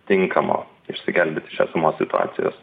tinkamo išsigelbėt iš esamos situacijos